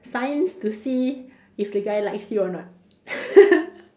signs to see if the guy likes you or not